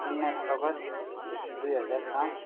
उन्नाइस अगस्त दुई हजार पाँच